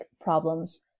problems